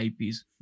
IPs